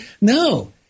No